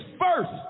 first